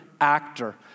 actor